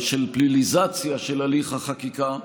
של פליליזציה של הליך החקיקה,